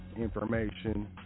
information